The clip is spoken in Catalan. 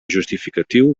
justificatiu